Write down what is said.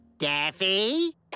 Daffy